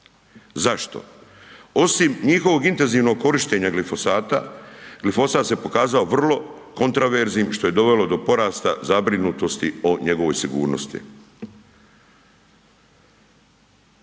Zašto? Osim njihovog intenzivnog korištenja glifosata, glifosat se pokazao vrlo kontraverznim što je dovelo do porasta zabrinutosti o njegovoj sigurnosti.